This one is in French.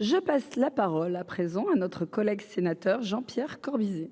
Je passe la parole à présent à notre collègue sénateur Jean-Pierre Corbisez.